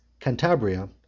Cantabria